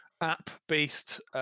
app-based